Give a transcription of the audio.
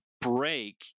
break